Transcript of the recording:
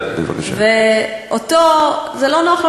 עשרה בעד, אין מתנגדים, אין נמנעים.